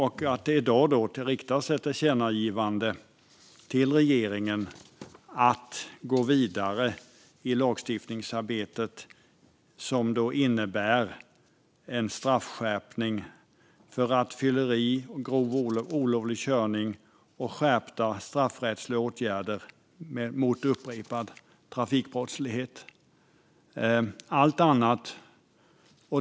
I dag finns ett förslag om ett tillkännagivande till regeringen om att gå vidare i lagstiftningsarbetet som innebär en straffskärpning för rattfylleri och grov olovlig körning och skärpta straffrättsliga åtgärder mot upprepad trafikbrottslighet.